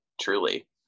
truly